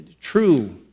true